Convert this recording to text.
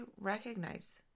recognize